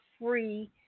free